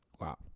Wow